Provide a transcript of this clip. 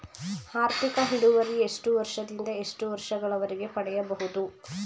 ಆರ್ಥಿಕ ಇಳುವರಿ ಎಷ್ಟು ವರ್ಷ ದಿಂದ ಎಷ್ಟು ವರ್ಷ ಗಳವರೆಗೆ ಪಡೆಯಬಹುದು?